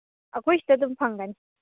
ꯑꯩꯈꯣꯏꯁꯤꯗ ꯑꯗꯨꯝ ꯐꯪꯒꯅꯤ